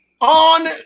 on